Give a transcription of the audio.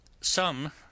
some